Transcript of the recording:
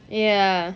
ya